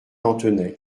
lanthenay